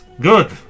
Good